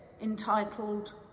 entitled